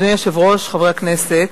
אדוני היושב-ראש, חברי הכנסת,